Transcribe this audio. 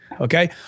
okay